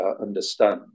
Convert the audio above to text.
understand